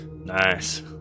nice